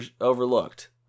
Overlooked